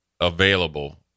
available